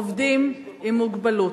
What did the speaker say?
עובדים עם מוגבלות.